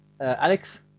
Alex